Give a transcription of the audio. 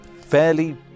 fairly